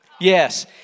Yes